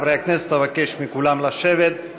חברי הכנסת, אבקש מכולם לשבת.